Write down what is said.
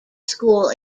school